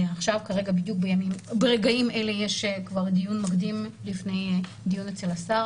בדיוק ברגעים אלה יש דיון מקדים לפני הדיון אצל השר